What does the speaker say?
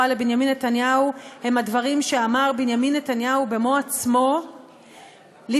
לבנימין נתניהו הם הדברים שאמר בנימין נתניהו במו עצמו לפני